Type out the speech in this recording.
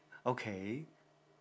okay